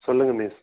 சொல்லுங்கள் மிஸ்